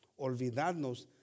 olvidarnos